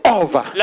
over